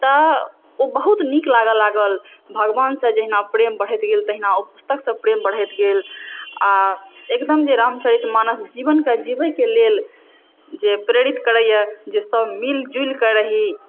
तऽ ओ बहुत नीक लागऽ लागल भगवानसँ जहिना प्रेम बढ़ैत गेल तहिना ओ पुस्तकसँ प्रेम बढ़ैत गेल आ एकदम जँ रामचरित मानस जीवनकेँ जिबैके लेल जँ प्रेरित करैए जे सब मिलजुलीकऽ रही